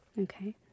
Okay